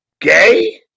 gay